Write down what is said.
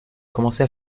commencé